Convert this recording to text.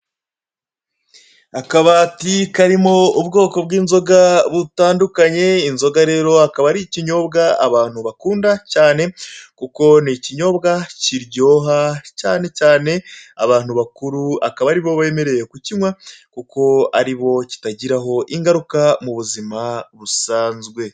Akabati karimo ubwoko bw'inzoga butandukanye, inzoga rero akaba ari ikinyobwa abantu bakunda cyane kuko ni ikinyobwa kiryoha, cyane cyane abantu bakuru akaba aribo bemerewe kukinywa kuko aribo kitagiraho ingaruka mu buzima busanzwe.